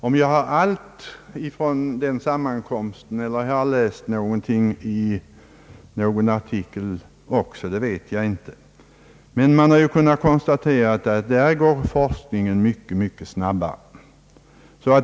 Om jag har fått alla mina uppgifter från den nämnda sammankomsten eller om jag också har läst någon artikel i frågan vet jag nu inte, men man har kunnat konstatera att den tekniska forskningen går mycket snabbare.